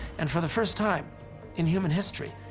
and for the first time in human history,